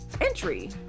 entry